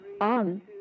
on